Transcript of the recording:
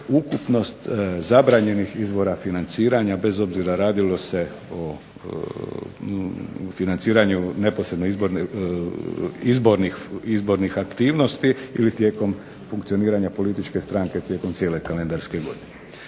ukupnost zabranjenih izvora financiranja bez obzira radilo se o financiranju neposredno izbornih aktivnosti ili tijekom funkcioniranja političke stranke tijekom cijele kalendarske godine.